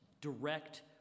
direct